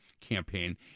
campaign